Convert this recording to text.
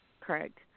Correct